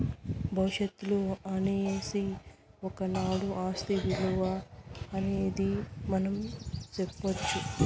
భవిష్యత్తులో అనేసి ఒకనాడు ఆస్తి ఇలువ అనేది మనం సెప్పొచ్చు